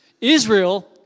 Israel